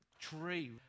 tree